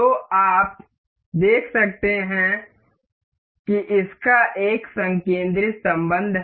तो आप देख सकते हैं कि इसका एक संकेंद्रित संबंध है